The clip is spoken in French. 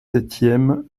septième